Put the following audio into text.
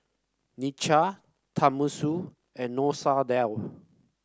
Nacho Tenmusu and Masoor Dal